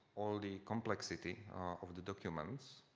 all the complexity of the documents,